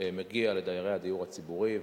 מגיע לדיירי הדיור הציבורי.